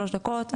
שלוש דקות,